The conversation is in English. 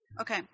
Okay